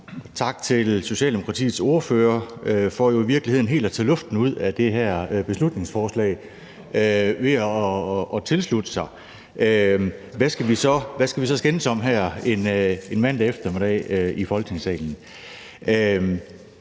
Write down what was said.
tak til Socialdemokratiets ordfører for jo i virkeligheden helt at tage luften ud af det her beslutningsforslag ved at tilslutte sig det. Hvad skal vi så skændes om her en mandag eftermiddag i Folketingssalen?